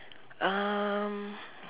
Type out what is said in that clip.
um